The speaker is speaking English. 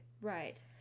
Right